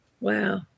Wow